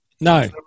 No